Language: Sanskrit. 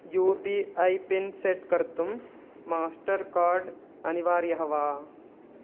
you P I PIN set कर्तुं मास्टर् कार्ड् अनिवार्यः वा